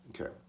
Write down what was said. Okay